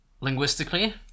Linguistically